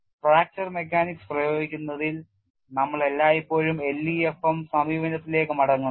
fracture mechanics പ്രയോഗിക്കുന്നതിൽ നമ്മൾ എല്ലായ്പ്പോഴും LEFM സമീപനത്തിലേക്ക് മടങ്ങുന്നു